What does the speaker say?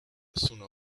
sooner